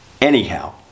Anyhow